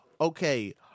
okay